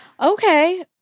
Okay